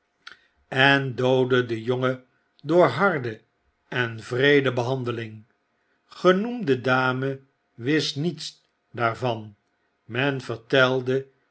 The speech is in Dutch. en doodde den jongen door harde en wreede behandeling genoemde dame wist niets daarvan men vertelde